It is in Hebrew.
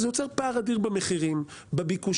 זה יוצר פער אדיר במחירים ובביקושים.